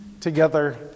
together